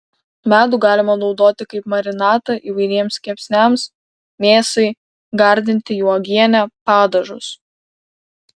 medų galima naudoti kaip marinatą įvairiems kepsniams mėsai gardinti juo uogienę padažus